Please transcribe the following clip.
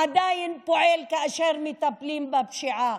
עדיין פועל כאשר מטפלים בפשיעה.